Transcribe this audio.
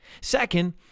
Second